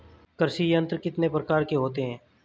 कृषि यंत्र कितने प्रकार के होते हैं?